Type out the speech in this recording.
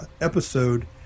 episode